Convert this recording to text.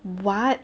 what